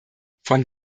von